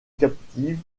captive